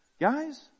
Guys